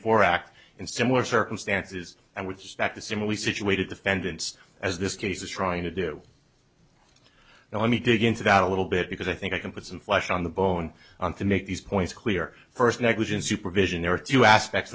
four act in similar circumstances and with stack the similarly situated defendants as this case is trying to do now let me dig into that a little bit because i think i can put some flesh on the bone to make these points clear first negligent supervision there are two aspects